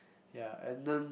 ya and then